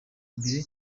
mbere